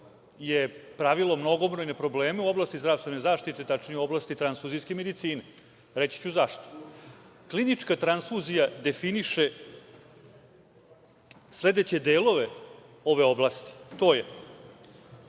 je pravilo mnogobrojne probleme u oblasti zdravstvene zaštite, tačnije u oblasti transfuzijske medicine. Reći ću zašto. Klinička transfuzija definiše sledeće delove ove oblasti, to je: